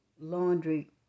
laundry